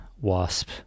wasp